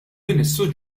ministru